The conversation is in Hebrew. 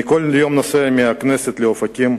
אני כל יום נוסע מהכנסת לאופקים,